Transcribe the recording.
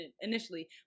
initially